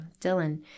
Dylan